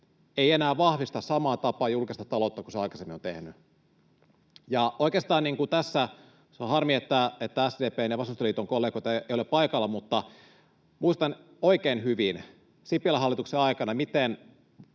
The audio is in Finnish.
ei enää vahvista samaan tapaan julkista taloutta kuin se aikaisemmin on tehnyt. Oikeastaan on harmi, että SDP:n ja vasemmistoliiton kollegoita ei ole paikalla, mutta muistan oikein hyvin Sipilän hallituksen aikana,